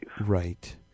Right